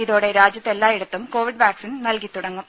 ഇതോടെ രാജ്യത്ത് എല്ലായിടത്തും കോവിഡ് വാക്സിൻ നൽകിത്തുടങ്ങും